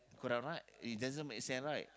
correct a not it doesn't make sense right